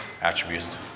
attributes